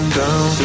down